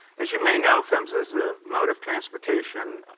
as you may know, phmsa is ah mode of transportation